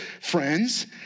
friends